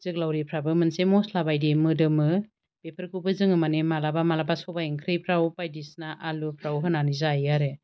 जोग्लावरिफ्राबो मोनसे मस्ला बायदि मोदोमो बेफोरखौबो जोङो मानि मालाबा मालाबा सबाय ओंख्रिफ्राव बायदिसिना आलुफ्राव होनानै जायो आरो